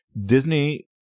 Disney